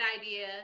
idea